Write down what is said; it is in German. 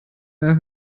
mehr